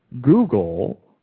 Google